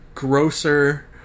grosser